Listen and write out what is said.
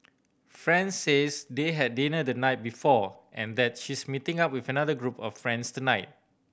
friend says they had dinner the night before and that she's meeting up with another group of friends tonight